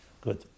Good